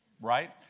right